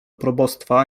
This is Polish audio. probostwa